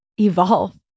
evolve